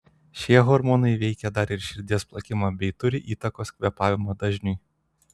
šie hormonai veikia dar ir širdies plakimą bei turi įtakos kvėpavimo dažniui